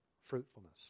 fruitfulness